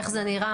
איך זה נראה?